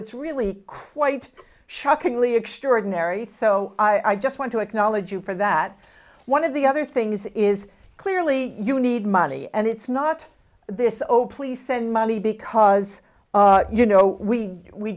it's really quite shockingly extraordinary so i just want to acknowledge you for that one of the other things is clearly you need money and it's not this so please send money because you know we we